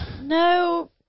No